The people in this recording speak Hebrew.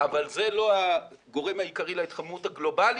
אבל זה לא הגורם העיקרי להתחממות הגלובלית.